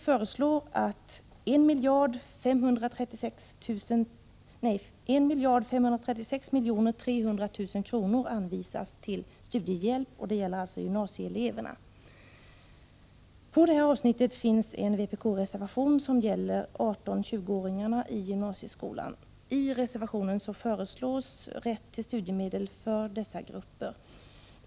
På detta avsnitt finns en vpk-reservation, som gäller 18-20-åringarna i gymnasieskolan. I reservationen föreslås rätt till studiemedel för dessa grupper.